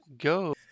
go